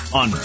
on